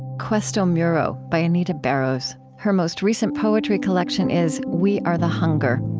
questo muro by anita barrows. her most recent poetry collection is we are the hunger.